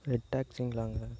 red டேக்ஸிங்களாங்க